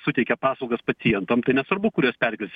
suteikia paslaugas pacientam tai nesvarbu kur juos perkelsi